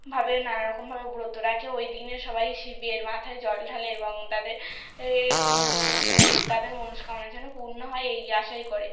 ভাবে নানা রকম ভাবে ব্রত রাখে ওই দিনে সবাই শিবের মাথায় জল ঢালে এবং তাদের এর তাদের মনস্কামনা যেন পূণ্ণো হয় এই আশাই করে